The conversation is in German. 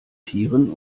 tieren